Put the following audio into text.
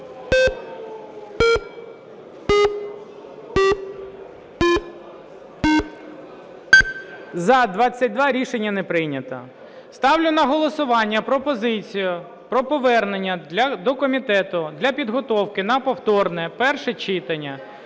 За-22 Рішення не прийнято. Ставлю на голосування пропозицію про повернення до комітету для підготовки на повторне перше читання